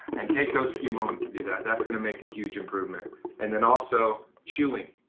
and take those few moments to do that. that's going to make a huge improvement and then also chewing,